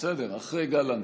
מצביעה בנימין גנץ,